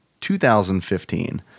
2015